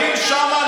באים שם,